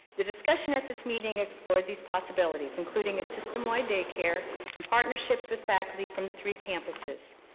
the discussion at this meeting explored these possibilities, including a system-wide daycare and partnerships with faculty from the three campuses.